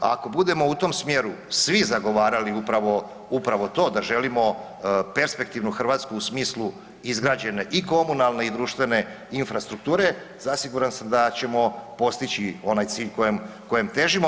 Ako budemo u tom smjeru svi zagovarali upravo to da želimo perspektivnu Hrvatsku u smislu izgrađene i komunalne i društvene infrastrukture, zasigurno sam da ćemo postići onaj cilj kojem težimo.